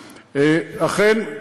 אכן,